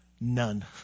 None